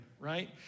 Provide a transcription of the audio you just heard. Right